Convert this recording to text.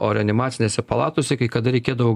o reanimacinėse palatose kai kada reikėdavo